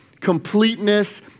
completeness